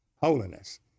holiness